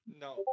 No